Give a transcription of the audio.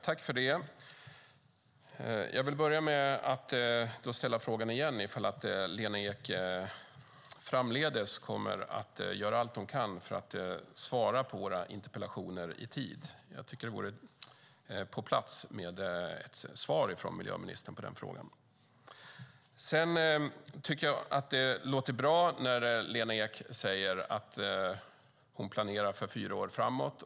Herr talman! Jag vill börja med att igen ställa frågan om Lena Ek framdeles kommer att göra allt hon kan för att svara på våra interpellationer i tid. Det vore på sin plats med ett svar från miljöministern på den frågan. Det låter bra när Lena Ek säger att hon planerar för fyra år framåt.